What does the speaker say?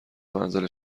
منزل